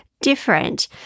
different